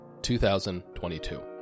2022